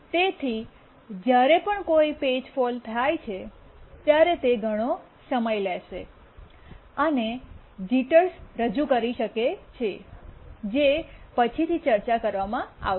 તેથી જ્યારે કોઈ પેજ ફોલ્ટ થાય છે ત્યારે તે ઘણો સમય લેશે અને જીટર્સ રજૂ કરી શકે છે તે પછીથી ચર્ચા કરવામાં આવશે